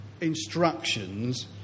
instructions